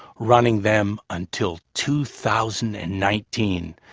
running them until two thousand and nineteen.